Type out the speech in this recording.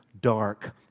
dark